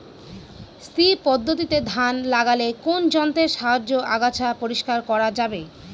শ্রী পদ্ধতিতে ধান লাগালে কোন যন্ত্রের সাহায্যে আগাছা পরিষ্কার করা যাবে?